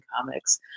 comics